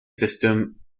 system